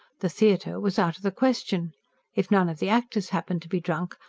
the theatre was out of the question if none of the actors happened to be drunk,